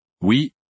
Oui